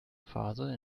phase